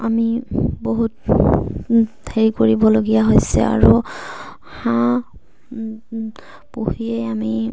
আমি বহুত হেৰি কৰিবলগীয়া হৈছে আৰু হাঁহ পুহিয়েই আমি